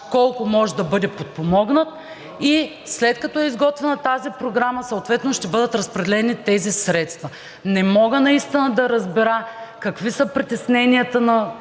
колко може да бъде подпомогнат, и след като е изготвена тази програма, съответно ще бъдат разпределени тези средства. Не мога наистина да разбера какви са притесненията на